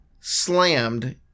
slammed